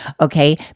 okay